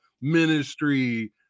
Ministry